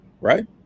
right